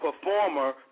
performer